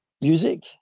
music